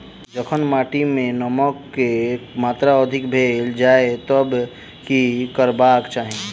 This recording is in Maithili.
जखन माटि मे नमक कऽ मात्रा अधिक भऽ जाय तऽ की करबाक चाहि?